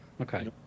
Okay